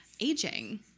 aging